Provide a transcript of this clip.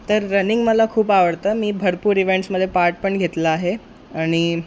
तर रनिंग मला खूप आवडतं मी भरपूर इव्हेंट्समध्ये पार्ट पण घेतला आहे आणि